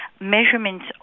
Measurements